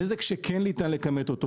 הנזק שכן ניתן לכמת אותו,